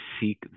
seek